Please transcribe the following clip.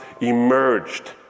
emerged